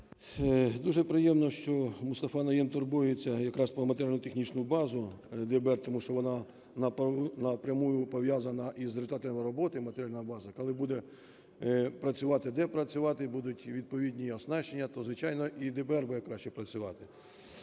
Дуже приємно, що Мустафа Найєм турбується якраз про матеріально-технічну базу ДБР, тому що вона напряму пов'язана із результатами роботи, матеріальна база. Коли буде працювати, де працювати, будуть і відповідні оснащення, то, звичайно, і ДБР буде краще працювати.